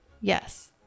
Yes